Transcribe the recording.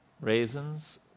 raisins